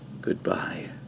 Goodbye